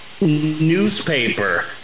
newspaper